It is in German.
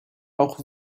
auch